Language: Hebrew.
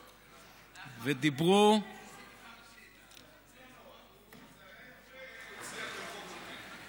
דיברו, זה היה יפה, איך הצליח למחוק אותי.